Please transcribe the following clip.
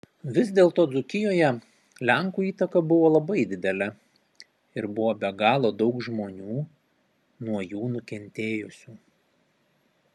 vis dėlto dzūkijoje lenkų įtaka buvo labai didelė ir buvo be galo daug žmonių nuo jų nukentėjusių